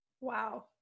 Wow